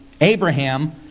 Abraham